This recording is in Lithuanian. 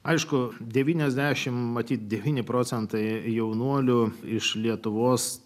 aišku devyniasdešim matyt devyni procentai jaunuolių iš lietuvos